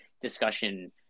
discussion